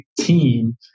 team